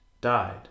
died